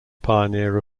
pioneer